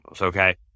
okay